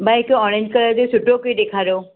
भाउ हिकु ऑरेंज कलरु जी सुठो कोई ॾेखारियो